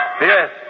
Yes